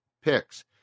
picks